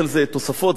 זה מופיע בגמרא.